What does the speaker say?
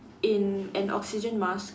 in an oxygen mask